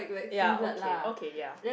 ya okay okay ya